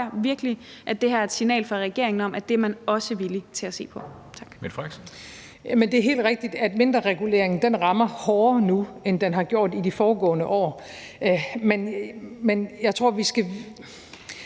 det her er et signal fra regeringen om, at det er man også villig til at se på.